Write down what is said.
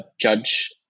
judge